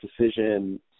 decision